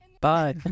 Bye